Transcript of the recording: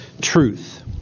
truth